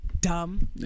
dumb